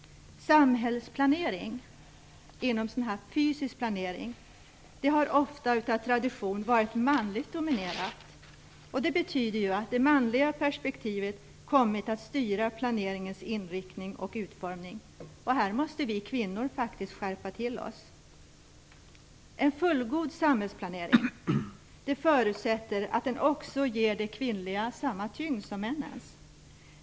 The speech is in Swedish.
Samhällsplaneringen inom den fysiska planeringen har ofta av tradition varit manligt dominerad. Det betyder att det manliga perspektivet kommit att styra planeringens inriktning och samhällets utformning. Här måste vi kvinnor faktiskt skärpa oss. En fullgod samhällsplanering ger det kvinnliga samma tyngd som det manliga.